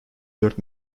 dört